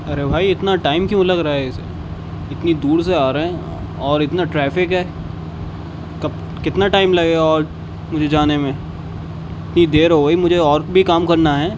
ارے بھائی اتنا ٹائم کیوں لگ رہا ہے اتنی دور سے آ رہے ہیں اور اتنا ٹریفک ہے کتنا ٹائم لگے گا اور مجھے جانے میں اتنی دیر ہو گئی مجھے اور بھی کام کرنا ہے